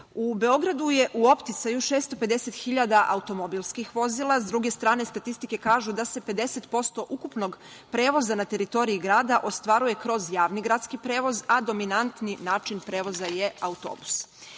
Beogradu je u opticaju 650.000 automobilskih vozila. S druge strane, statistike kažu da se 50% ukupnog prevoza na teritoriji grada ostvaruje kroz javni gradski prevoz, a dominantni način prevoza je autobus. Imali